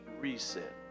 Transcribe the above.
Reset